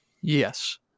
Yes